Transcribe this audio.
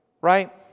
right